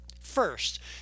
first